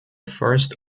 first